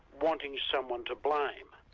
wanting someone to blame.